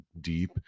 deep